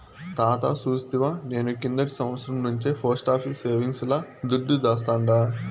తాతా సూస్తివా, నేను కిందటి సంవత్సరం నుంచే పోస్టాఫీసు సేవింగ్స్ ల దుడ్డు దాస్తాండా